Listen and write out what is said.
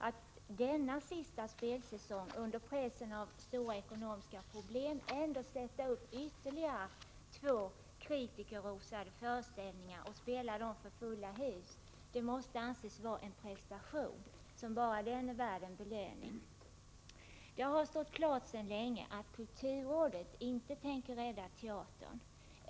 Att denna sista spelsäsong — under pressen av ekonomiska problem — ändå sätta upp ytterligare två kritikerrosade föreställningar och spela dem för fulla hus måste anses vara en prestation, som bara den är värd en belöning. Det har stått klart sedan länge att kulturrådet inte tänker rädda teatern.